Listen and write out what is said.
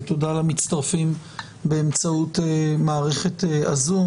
ותודה למצטרפים באמצעות מערכת הזום.